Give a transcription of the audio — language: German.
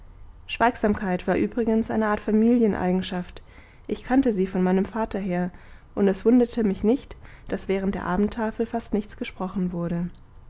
schweigsamkeit war übrigens eine art familieneigenschaft ich kannte sie von meinem vater her und es wunderte mich nicht daß während der abendtafel fast nichts gesprochen wurde